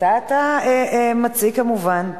שאותה אתה מציג כמובן.